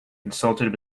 consulted